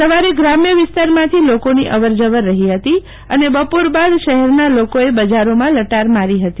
સવારે ગ્રામ્ય વિસ્તારમાંથી લોકોની અવાર જવર રહી હતી અને બપોર બાદ શહેરના લોકોએ બજારોમાં લટાર મારી હતી